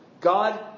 God